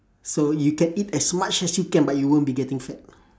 so you can eat as much as you can but you won't be getting fat